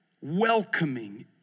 welcoming